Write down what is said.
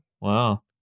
wow